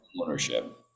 ownership